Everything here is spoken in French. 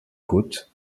côtes